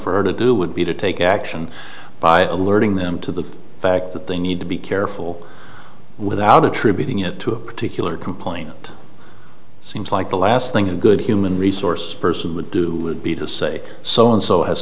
for her to do would be to take action by alerting them to the fact that they need to be careful without attributing it to a particular complainant seems like the last thing a good human resource person would do would be to say so and so has